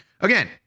Again